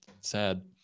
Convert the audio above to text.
sad